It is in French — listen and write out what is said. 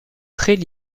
traits